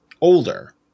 older